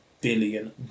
billion